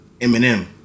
Eminem